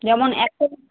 যেমন